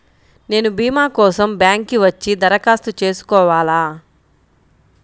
నేను భీమా కోసం బ్యాంక్కి వచ్చి దరఖాస్తు చేసుకోవాలా?